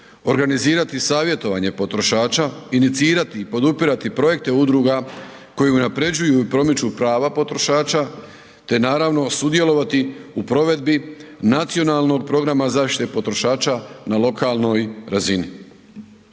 organizirati savjetovanje potrošača, inicirati i podupirati projekte udruga koje unaprjeđuju i promiču prava potrošača te naravno, sudjelovati u provedbi Nacionalnog programa zaštite potrošača na lokalnoj razini.